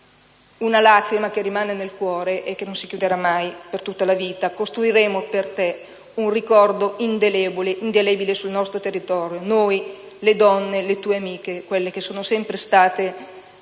una lacrima, che rimane nel cuore e non si asciugherà mai, per tutta la vita. Costruiremo per te un ricordo indelebile sul nostro territorio. Noi, le donne, le tue amiche, quelle che sono sempre state